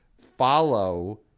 follow